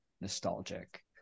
nostalgic